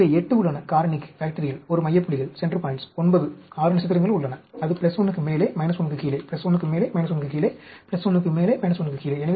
எனவே 8 உள்ளன காரணிக்கு 1 மைய புள்ளிகள் 9 6 நட்சத்திரங்கள் உள்ளன அது 1 க்கு மேலே 1 க்கு கீழே 1 க்கு மேலே 1 க்கு கீழே 1 க்கு மேலே 1 க்கு கீழே